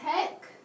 tech